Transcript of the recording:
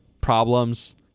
problems